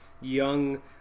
young